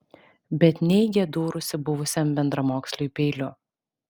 bet neigė dūrusi buvusiam bendramoksliui peiliu